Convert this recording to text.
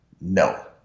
no